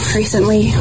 recently